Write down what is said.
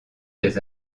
des